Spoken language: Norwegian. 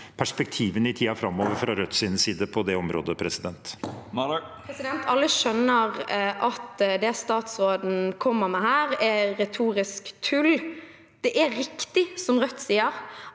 perspektivene i tiden framover fra Rødts side på det området. Sofie Marhaug (R) Alle skjønner at det statsråden kommer med her, er retorisk tull. Det er riktig som Rødt sier,